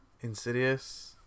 Insidious